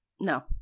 no